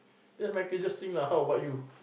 that's my interesting lah how about you